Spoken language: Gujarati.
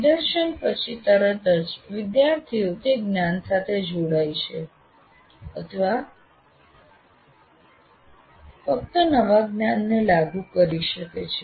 નિદર્શન પછી તરત જ વિદ્યાર્થીઓ તે જ્ઞાન સાથે જોડાય છે અથવા તે ફક્ત નવા જ્ઞાનને 'લાગુ' કરી શકે છે